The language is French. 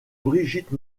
brigitte